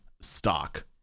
stock